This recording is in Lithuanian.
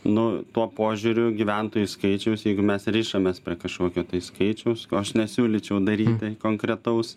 nu tuo požiūriu gyventojų skaičiaus jeigu mes rišamės prie kažkokio tai skaičiaus ko aš nesiūlyčiau daryt tai konkretaus